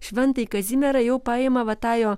šventąjį kazimierą jau paima va tą jo